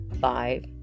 five